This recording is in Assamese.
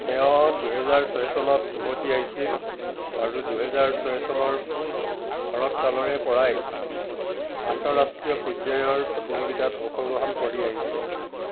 তেওঁ দুহেজাৰ ছয় চনত উভতি আহিছিল আৰু দুহেজাৰ ছয় চনৰ শৰৎ কালৰে পৰাই আন্তঃৰাষ্ট্ৰীয় পৰ্য্যায়ৰ প্ৰতিযোগীতাত অংশগ্ৰহণ কৰি আহিছে